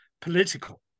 Political